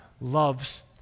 loves